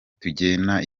tugena